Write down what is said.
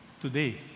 today